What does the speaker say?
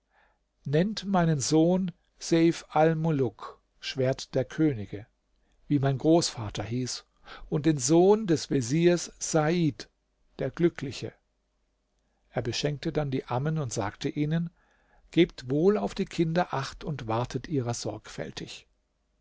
nennt meinen sohn seif almuluk schwert der könige wie mein großvater hieß und den sohn des veziers said der glückliche er beschenkte dann die ammen und sagte ihnen gebt wohl auf die kinder acht und wartet ihrer sorgfältig